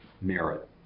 merit